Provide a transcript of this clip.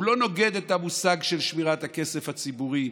הוא לא נוגד את המושג של שמירת הכסף הציבורי,